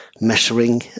measuring